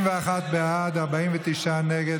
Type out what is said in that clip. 31 בעד, 49 נגד.